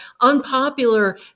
unpopular